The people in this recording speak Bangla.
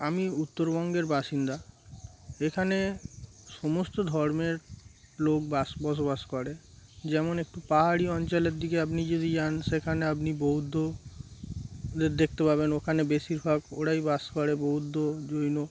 আমি উত্তরবঙ্গের বাসিন্দা এখানে সমস্ত ধর্মের লোক বাস বসবাস করে যেমন একটু পাহাড়ি অঞ্চলের দিকে আপনি যদি যান সেখানে আপনি বৌদ্ধদের দেখতে পাবেন ওখানে বেশিরভাগ ওরাই বাস করে বৌদ্ধ জৈন